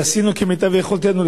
ועשינו כמיטב יכולתנו.